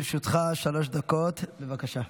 לרשותך שלוש דקות, בבקשה.